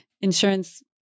insurance